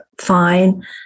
fine